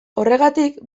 horregatik